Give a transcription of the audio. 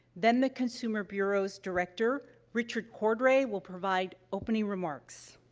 then the consumer bureau's director, richard cordray, will provide opening remarks.